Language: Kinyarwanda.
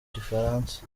gifaransa